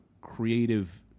creative